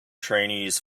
trainees